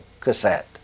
cassette